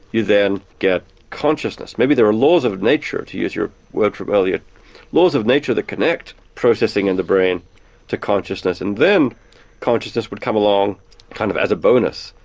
you then get consciousness. maybe there are laws of nature to use your word from earlier laws of nature that connect processing in the brain to consciousness, and then consciousness would come along kind of as a bonus.